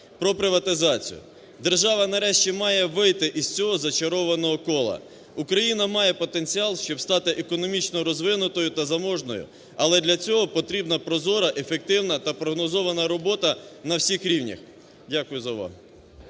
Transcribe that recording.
про приватизацію. Держава нарешті має вийти з цього зачарованого кола. Україна має потенціал, щоб стати економічно розвинутою та заможною, але для цього потрібна прозора, ефективна та прогнозована робота на всіх рівнях. Дякую за увагу.